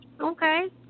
okay